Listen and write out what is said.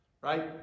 Right